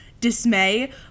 dismay